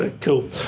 Cool